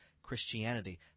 Christianity